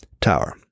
Tower